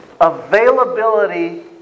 Availability